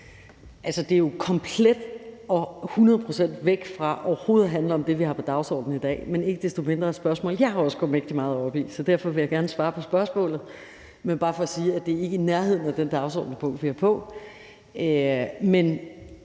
det er jo komplet og hundrede procent væk fra overhovedet at handle om det, vi har på dagsordenen i dag, men ikke desto mindre er det et spørgsmål, jeg også går mægtig meget op i, så derfor vil jeg gerne svare på spørgsmålet. Men det er bare for at sige, at det ikke er i nærheden af det dagsordenspunkt, vi er på.